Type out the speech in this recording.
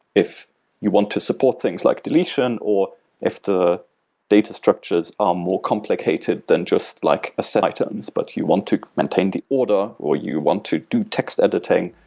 if you want to support things like deletion, or if the data structures are more complicated, then just like a set items, but you want to maintain the order, or you want to do text editing,